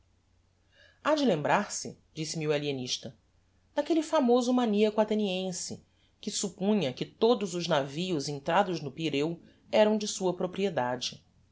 ha de lembrar-se disse-me o alienista daquelle famoso maniaco atheniense que suppunha que todos os navios entrados no pireu eram de sua propriedade